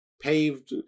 paved